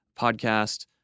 podcast